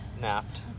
napped